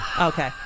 Okay